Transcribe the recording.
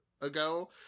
ago